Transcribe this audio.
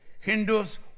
Hindus